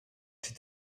czy